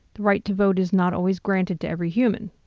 the right to vote is not always granted to every human.